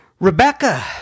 Rebecca